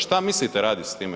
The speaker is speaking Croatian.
Šta mislite radit s time?